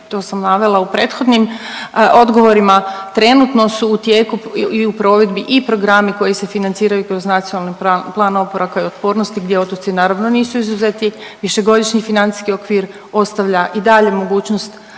sam sam navela u prethodnim odgovorima. Trenutno su u tijeku i u provedbi i programi koji se financiraju kroz Nacionalni plan oporavka i otpornosti gdje otoci naravno nisu izuzeti. Višegodišnji financijski okvir ostavlja i dalje mogućnost